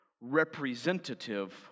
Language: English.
representative